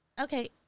Okay